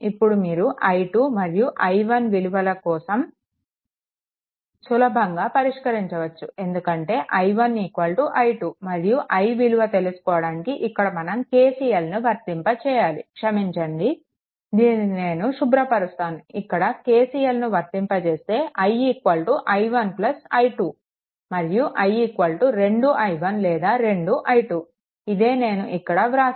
ఇప్పుడు మీరు i2 మరియు i1 విలువల కోసం సులభంగా పరిష్కరించవచ్చు ఎందుకంటే i1 i2 మరియు i విలువ తెలుసుకోవడానికి ఇక్కడ మనం KCLను వర్తింపజేయాలి క్షమించండి దీనిని నేను శుభ్రపరుస్తాను ఇక్కడ KCLను వర్తింపజేస్తే i i1 i2 మరియు i 2i1 లేదా 2i2 ఇదే నేను ఇక్కడ వ్రాసాను